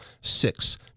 six